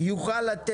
להיערך.